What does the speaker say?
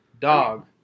Dog